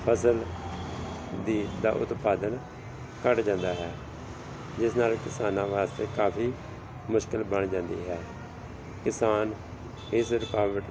ਫਸਲ ਦੀ ਦਾ ਉਤਪਾਦਨ ਘੱਟ ਜਾਂਦਾ ਹੈ ਜਿਸ ਨਾਲ ਕਿਸਾਨਾਂ ਵਾਸਤੇ ਕਾਫੀ ਮੁਸ਼ਕਿਲ ਬਣ ਜਾਂਦੀ ਹੈ ਕਿਸਾਨ ਇਸ ਰੁਕਾਵਟ